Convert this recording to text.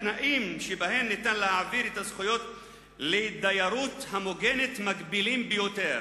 התנאים שבהם אפשר להעביר את הזכויות לדיירות המוגנת מגבילים ביותר.